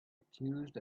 accused